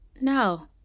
No